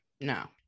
no